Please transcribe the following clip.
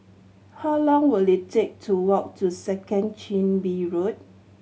how long will it take to walk to Second Chin Bee Road